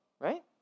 right